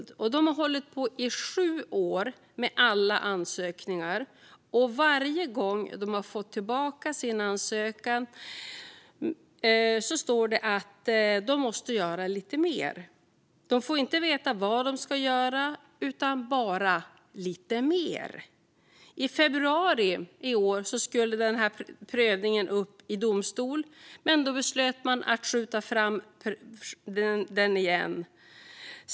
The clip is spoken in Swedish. De har hållit på i sju år med alla ansökningar, och varje gång de har fått tillbaka sin ansökan står det att de måste göra lite mer. De får inte veta vad de ska göra utan bara att de ska göra lite mer. I februari i år skulle deras prövning upp i domstol, men då beslöt man att skjuta fram detta igen.